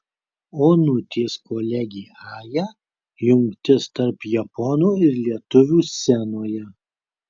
onutės kolegė aja jungtis tarp japonų ir lietuvių scenoje